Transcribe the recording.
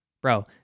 Bro